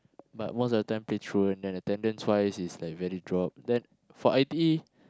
but most of the time play truant then attendance wise is like very drop